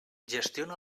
gestiona